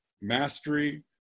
mastery